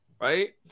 right